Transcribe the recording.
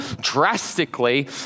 drastically